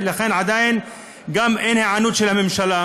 ועדיין אין היענות של הממשלה.